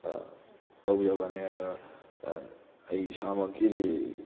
ꯇꯧꯖꯕꯅꯦ ꯑꯗ ꯑꯩ ꯏꯁꯥꯃꯛꯀꯤꯗꯤ